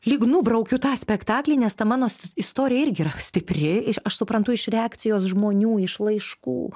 lyg nubraukiu tą spektaklį nes ta mano istorija irgi yra stipri iš aš suprantu iš reakcijos žmonių iš laiškų